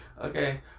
Okay